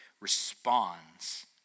responds